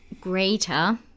greater